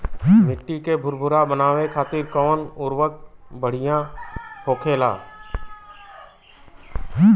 मिट्टी के भूरभूरा बनावे खातिर कवन उर्वरक भड़िया होखेला?